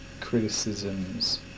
criticisms